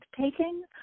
taking